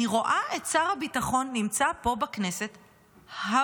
אני רואה את שר הביטחון נמצא פה בכנסת המון.